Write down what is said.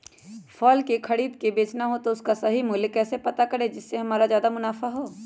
फल का खरीद का बेचना हो तो उसका सही मूल्य कैसे पता करें जिससे हमारा ज्याद मुनाफा हो?